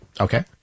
Okay